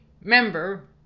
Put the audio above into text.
member